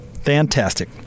Fantastic